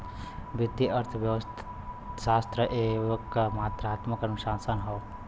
वित्तीय अर्थशास्त्र एक मात्रात्मक अनुशासन हौ